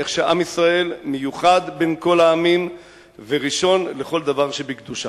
איך שעם ישראל מיוחד בין כל העמים וראשון לכל דבר שבקדושה.